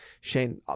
Shane